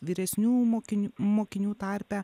vyresnių mokinių mokinių tarpe